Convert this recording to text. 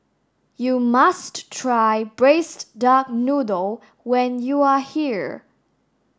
you must try braised duck noodle when you are here